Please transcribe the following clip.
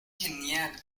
genial